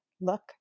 Look